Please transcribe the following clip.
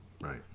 Right